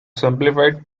simplified